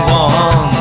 one